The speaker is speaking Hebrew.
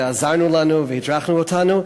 ועזרת לנו והדרכת אותנו.